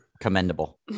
commendable